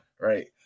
right